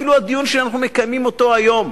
אפילו הדיון שאנחנו מקיימים אותו היום: